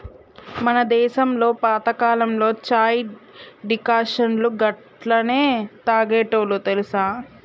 మన దేసంలో పాతకాలంలో చాయ్ డికాషన్ను గట్లనే తాగేటోల్లు తెలుసా